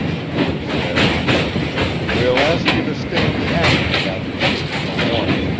mark said we'll ask you to stay in the after cabin here till morning.